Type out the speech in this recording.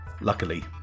luckily